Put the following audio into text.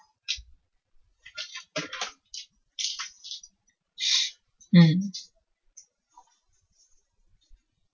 mm